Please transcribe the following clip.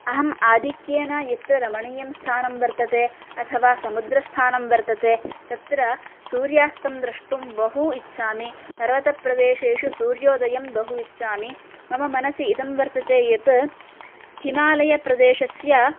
अहम् आधिक्येन यत् रमणीयं स्थानं वर्तते अथवा समुद्रस्थानं वर्तते तत्र सूर्यास्तं द्रष्टुं बहु इच्छामि पर्वतप्रदेशेषु सूर्योदयं बहु इच्छामि मम मनसि इदं वर्तते यत् हिमालयप्रदेशस्य